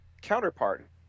counterpart